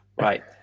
right